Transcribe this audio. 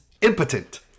impotent